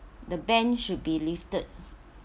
the ban should be lifted